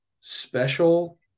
special